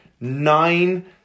nine